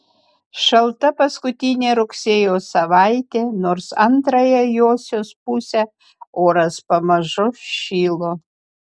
šalta paskutinė rugsėjo savaitė nors antrąją josios pusę oras pamažu šilo